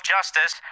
Justice